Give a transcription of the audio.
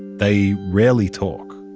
they rarely talk